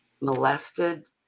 molested